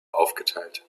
aufgeteilt